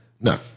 No